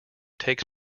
takes